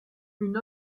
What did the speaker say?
une